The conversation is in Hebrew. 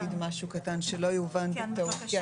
אני רוצה להגיד משהו קטן, שלא יובן בטעות.